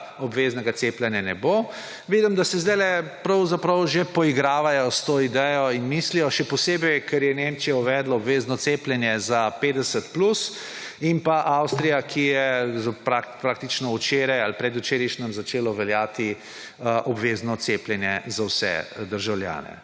obveznega cepljenja ne bo, vidim, da se zdajle pravzaprav že poigravajo s to idejo in mislijo, še posebej ker je Nemčija uvedla obvezno cepljenje za 50 plus in pa Avstrija, kjer je praktično včeraj ali predvčerajšnjim začelo veljati obvezno cepljenje za vse državljane.